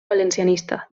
valencianista